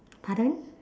pardon